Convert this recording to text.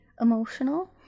emotional